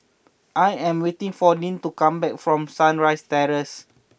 I am waiting for Lyn to come back from Sunrise Terrace